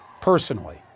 personally